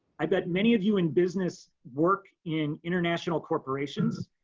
i bet many of you in business work, in international corporations,